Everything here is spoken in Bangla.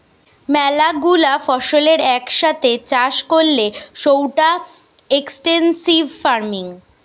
ম্যালা গুলা ফসলের এক সাথে চাষ করলে সৌটা এক্সটেন্সিভ ফার্মিং